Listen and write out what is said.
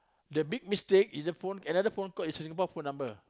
the big mistake is a phone another phone call is Singapore number